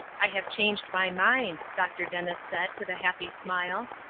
i have changed my mind, dr. dennis said, with a happy smile,